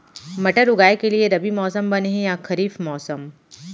मटर उगाए के लिए रबि मौसम बने हे या खरीफ मौसम?